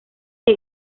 que